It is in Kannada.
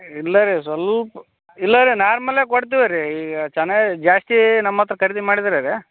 ಇಲ್ಲ ರೀ ಸೊಲ್ಪ ಇಲ್ಲ ರೀ ನಾರ್ಮಲ್ಲೇ ಕೊಡ್ತೀವಿ ರೀ ಈಗ ಚೆನ್ನಾಗಿ ಜಾಸ್ತಿ ನಮ್ಮ ಹತ್ರ ಖರೀದಿ ಮಾಡಿದರೆ ರೀ